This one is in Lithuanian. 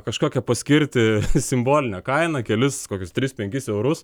kažkokią paskirti simbolinę kainą kelis kokius tris penkis eurus